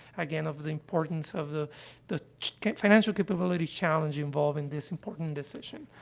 again, of the importance of the the financial capability challenge involving this important decision.